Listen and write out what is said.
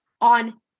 on